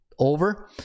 over